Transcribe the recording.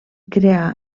creà